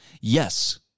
Yes